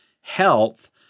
health